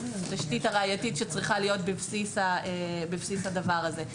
התשתית הראייתית שצריכה להיות בבסיס הדבר הזה.